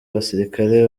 abasirikare